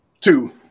two